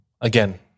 again